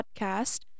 podcast